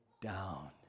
down